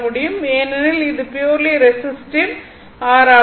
ஏனெனில் இது purely resistive R ஆகும்